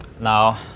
Now